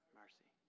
mercy